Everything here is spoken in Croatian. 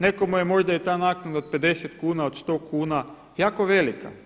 Nekome je možda i ta naknada od 50 kuna od 100 kuna jako velika.